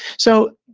so,